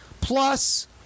plus